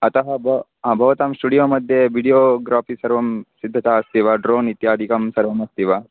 अतः ब भवतां स्टुडियो मध्ये विडियोग्राफ़ि सर्वं सिद्धता अस्ति वा ड्रोन् इत्यादिकं सर्वमस्ति वा